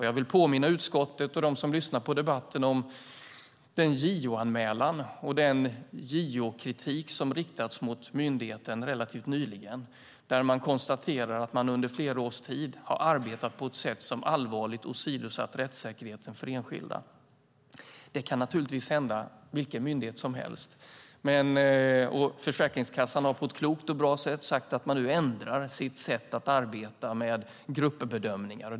Jag vill påminna utskottet och dem som lyssnar på debatten om den JO-anmälan och den JO-kritik som riktats mot myndigheten relativt nyligen, där man konstaterar att man under flera års tid har arbetat på ett sätt som allvarligt åsidosatt rättssäkerheten för enskilda. Det kan naturligtvis hända vilken myndighet som helst, och Försäkringskassan har på ett klokt och bra sätt sagt att man nu ändrar sitt sätt att arbeta med gruppbedömningar.